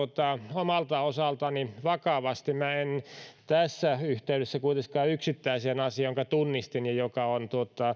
omalta osaltani vakavasti minä en tässä yhteydessä kuitenkaan yksittäiseen asiaan jonka tunnistin ja joka on